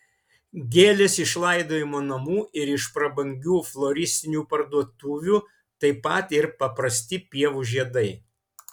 gėlės iš laidojimo namų ir iš prabangių floristinių parduotuvių taip pat ir paprasti pievų žiedai